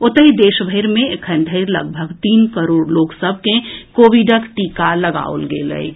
ओतहि देश भरि मे एखन धरि लगभग तीन करोड़ लोक सभ के कोविडक टीका लगाओल गेल अछि